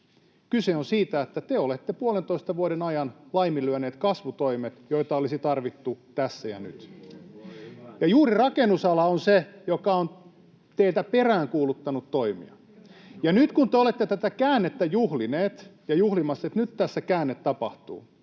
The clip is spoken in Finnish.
Kyse on siitä, että te olette puolentoista vuoden ajan laiminlyöneet kasvutoimet, joita olisi tarvittu tässä ja nyt. [Oikealta: Voi voi! — Voi hyvänen aika!] Ja juuri rakennusala on se, joka on teiltä peräänkuuluttanut toimia. Ja nyt kun te olette tätä käännettä juhlineet ja juhlimassa, sitä, että nyt tässä käänne tapahtuu,